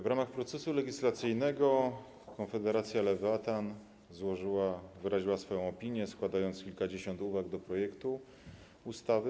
Podczas procesu legislacyjnego Konfederacja Lewiatan wyraziła swoją opinię, składając kilkadziesiąt uwag do projektu ustawy.